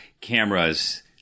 cameras